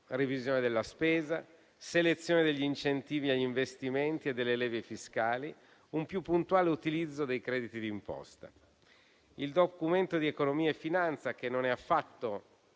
revisione della spesa, selezione degli incentivi agli investimenti e delle leve fiscali, un più puntuale utilizzo dei crediti d'imposta. Il Documento di economia e finanza, che non è affatto